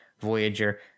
Voyager